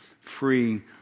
free